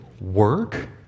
work